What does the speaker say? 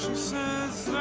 says,